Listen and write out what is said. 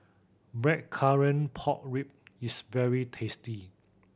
blackcurrant pork rib is very tasty